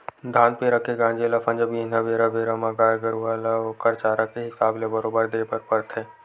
धान पेरा के गांजे ल संझा बिहनियां बेरा बेरा म गाय गरुवा ल ओखर चारा के हिसाब ले बरोबर देय बर परथे